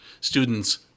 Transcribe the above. students